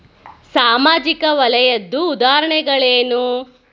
ಸಾಮಾಜಿಕ ವಲಯದ್ದು ಉದಾಹರಣೆಗಳೇನು?